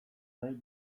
nahi